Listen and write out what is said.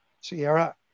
Sierra